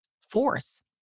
force